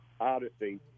odyssey